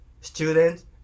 students